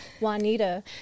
Juanita